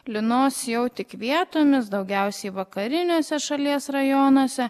lynos jau tik vietomis daugiausiai vakariniuose šalies rajonuose